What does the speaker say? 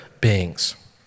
beings